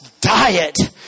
diet